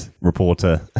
reporter